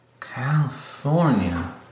California